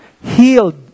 healed